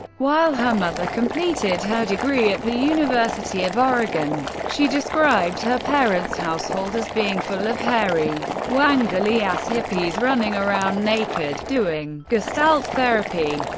while her mother completed her degree at the university of oregon. she described her parents' household as being full of hairy, wangly-ass hippies running around naked gestalt therapy.